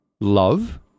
love